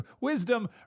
Wisdom